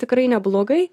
tikrai neblogai